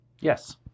Yes